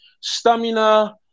stamina